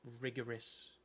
rigorous